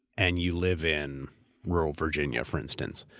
and you live in rural virginia for instance,